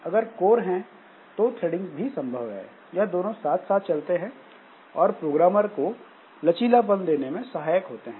अगर कोर हैं तो थ्रेडिंग भी संभव है यह दोनों साथ साथ चलते हैं और प्रोग्रामर को लचीलापन देने में सहायक होते हैं